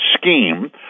scheme